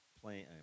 playing